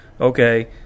okay